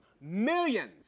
Millions